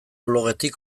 blogetik